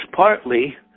partly